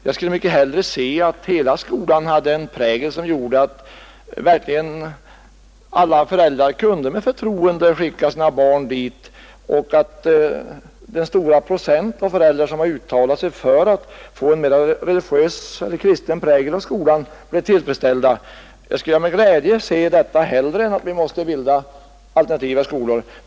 Jag skulle mycket hellre se att hela skolan hade en prägel som gjorde att alla föräldrar kunde med förtroende skicka sina barn dit och att den stora procent av föräldrar som har uttalat sig för en mera kristen prägel åt skolan blev tillfredsställd. Jag skulle med glädje se detta hellre än att vi måste bilda alternativa skolor.